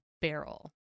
barrel